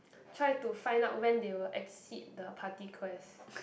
try to find out when they will exit the party quest